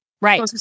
Right